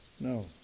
No